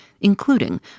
including